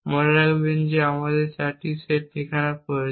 মনে রাখবেন যে আমাদের 4 সেট ঠিকানা প্রয়োজন